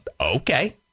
Okay